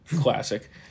Classic